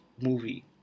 movie